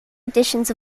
editions